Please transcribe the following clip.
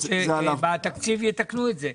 כן, זה היה הסיכום, שבתקציב יתקנו את זה.